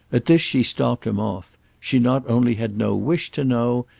at this she stopped him off she not only had no wish to know,